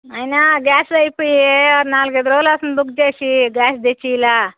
నాయినా గ్యాస్ అయిపోయీ నాలుగైదు రోజులు అవుతుంది బుక్ చేసి గ్యాస్ తెచ్చీలా